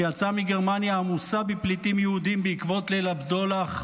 שיצאה מגרמניה עמוסה בפליטים יהודים בעקבות ליל הבדולח,